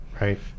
right